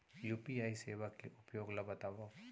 UPI सेवा के उपयोग ल बतावव?